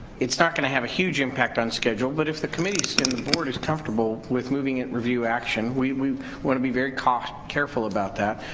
it's not gonna have a huge impact on schedule, but if the committee and the board is comfortable with moving it review action, we we wanna be very careful about that,